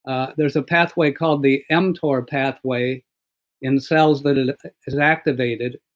ah there's a pathway called the mtor pathway in cells that like is activated.